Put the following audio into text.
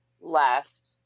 left